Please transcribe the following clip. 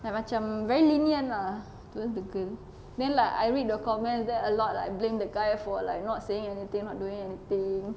like macam very lenient lah towards the girl then like I read the comments then a lot like blame that guy for like not saying anything not doing anything